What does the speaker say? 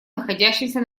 находящимся